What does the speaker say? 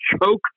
choke